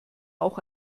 auch